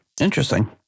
Interesting